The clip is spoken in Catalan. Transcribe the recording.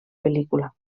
pel·lícula